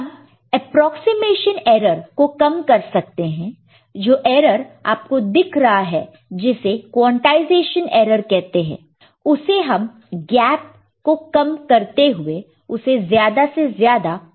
हम approximation error को कम कर सकते हैं जो एरर आपको दिख रहा है जिसे कोंटाईसेशन एरर कहते हैं उसे हम गैप को कम करते हुए उसे ज्यादा से ज्यादा क्लोज ला सकते हैं